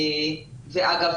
אגב,